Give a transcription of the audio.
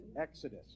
Exodus